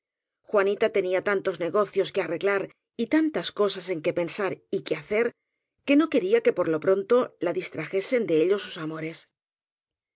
juanita tenía tantos negocios que arreglar y tantas cosas en que pensar y que hacer que no quería que por lo pronto la distrajesen de ello sus amores